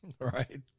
right